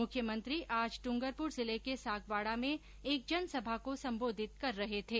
मुख्यमंत्री आज डूंगरपुर जिले के सागवाडा में एक जनसभा को संबोधित कर रहे थे